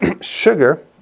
Sugar